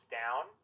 down